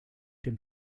dem